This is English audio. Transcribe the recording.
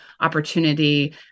opportunity